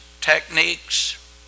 techniques